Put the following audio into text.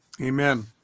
Amen